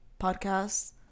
Podcasts